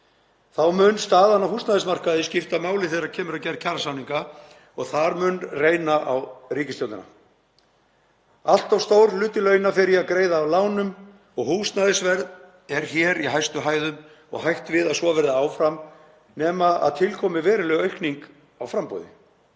Þá mun staðan á húsnæðismarkaði skipta máli þegar kemur að gerð kjarasamninga og þar mun reyna á ríkisstjórnina. Allt of stór hluti launa fer í að greiða af lánum og húsnæðisverð er hér í hæstu hæðum og hætt við að svo verði áfram nema til komi veruleg aukning á framboði.